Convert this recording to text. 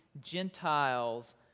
Gentiles